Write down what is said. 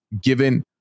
given